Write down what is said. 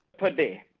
per day,